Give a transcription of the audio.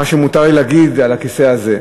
מה שמותר לי להגיד על הכיסא הזה.